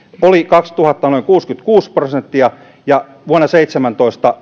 oli vuonna kaksituhatta noin kuusikymmentäkuusi prosenttia ja seitsemänkymmentä prosenttia vuonna seitsemäntoista